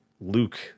Luke